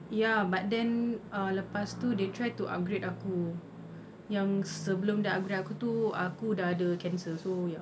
ya but then err lepas tu they tried to upgrade aku yang sebelum dah aku dah aku tu aku dah ada cancer so ya